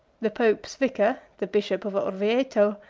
the pope's vicar, the bishop of orvieto,